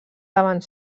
davant